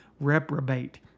reprobate